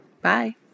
Bye